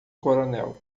coronel